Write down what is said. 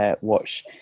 watch